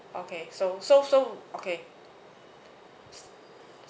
okay so so so okay